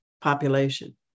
population